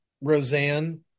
Roseanne